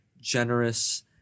generous